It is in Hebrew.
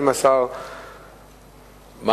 מה?